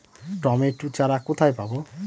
Tomato চারা কোথায় পাবো?